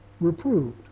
reproved